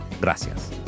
Gracias